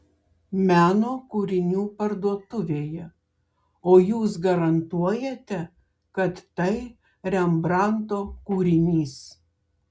meno kūrinių parduotuvėje o jūs garantuojate kad tai rembrandto kūrinys